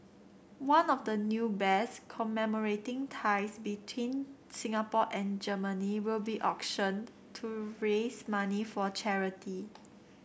one of the new bears commemorating ties between Singapore and Germany will be auctioned to raise money for charity